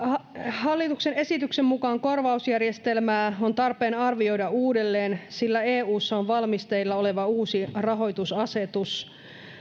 hallituksen esityksen mukaan korvausjärjestelmää on tarpeen arvioida uudelleen sillä eussa on valmisteilla uusi rahoitusasetus